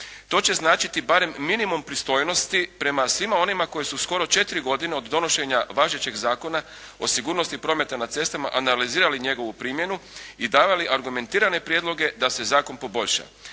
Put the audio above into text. To će značiti barem minimum pristojnosti prema svima onima koji su skoro četiri godine od donošenja važećeg Zakona o sigurnosti prometa na cestama analizirali njegovu primjenu i davali argumentirane prijedloge da se zakon poboljša.